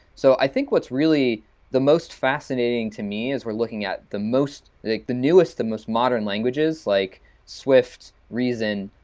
so i think what's really the most fascinating to me as we're looking at the most the the newest, the most modern languages, like swift, reason,